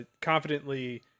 confidently